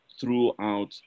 throughout